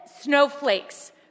snowflakes